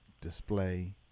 display